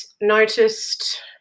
noticed